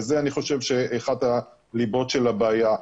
וזה אני חושב שאחת הליבות של הבעיה.